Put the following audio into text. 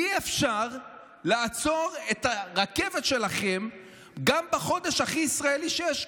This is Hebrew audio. אי-אפשר לעצור את הרכבת שלכם גם בחודש הכי ישראלי שיש,